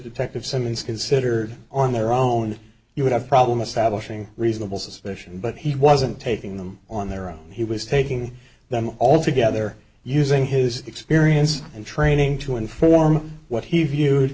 detective simmons considered on their own you would have a problem establishing reasonable suspicion but he wasn't taking them on their own he was taking them all together using his experience and training to inform what he viewed